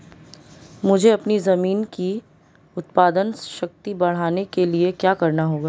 मुझे अपनी ज़मीन की उत्पादन शक्ति बढ़ाने के लिए क्या करना होगा?